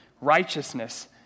righteousness